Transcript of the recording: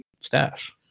stash